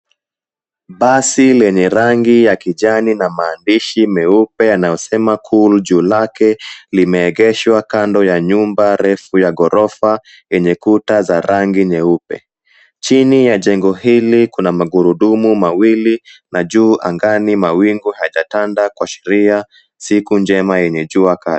Basi lenye rangi ya kijani na maandishi meupe yanayosema cool juu yake limeegeshwa kando ya nyumba refu ya ghorofa yenye kuta za rangi nyeupe. Chini ya jengo hili kuna magurudumu mawili na juu angani mawingu hayajatanda kuashiria siku njema yenye jua kali.